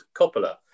Coppola